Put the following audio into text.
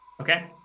Okay